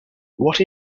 what